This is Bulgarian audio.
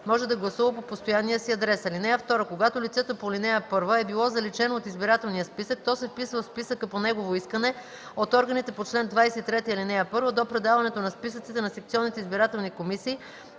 може да гласува по постоянния си адрес. (2) Когато лицето по ал. 1 е било заличено от избирателния списък, то се вписва в списъка по негово искане от органите по чл. 23, ал. 1 до предаването на списъците на секционните избирателни комисии,